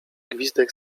gwizdek